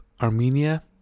Armenia